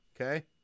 Okay